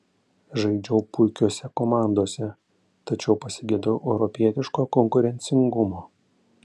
žaidžiau puikiose komandose tačiau pasigedau europietiško konkurencingumo